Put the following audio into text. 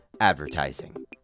advertising